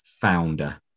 founder